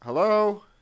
Hello